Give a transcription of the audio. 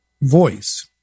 voice